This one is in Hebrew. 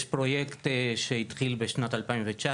יש פרויקט שהתחיל בשנת 2019